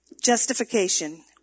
justification